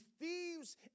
thieves